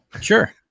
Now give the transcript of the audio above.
Sure